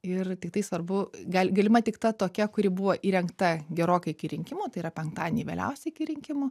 ir tiktai svarbu gal galima tik ta tokia kuri buvo įrengta gerokai iki rinkimų tai yra penktadienį vėliausiai iki rinkimų